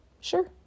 sure